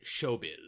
showbiz